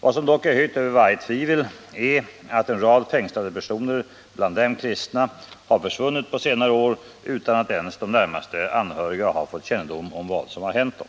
Vad som dock är höjt över allt tvivel är att en rad fängslade personer — bland dem kristna — har försvunnit på senare år utan att ens de närmast anhöriga har fått kännedom om vad som hänt dem.